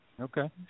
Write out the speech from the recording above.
Okay